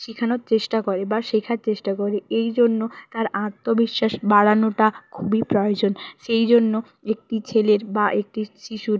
শেখানোর চেষ্টা করে বা শেখার চেষ্টা করে এই জন্য তার আত্মবিশ্বাস বাড়ানোটা খুবই প্রয়োজন সেই জন্য একটি ছেলের বা একটি শিশুর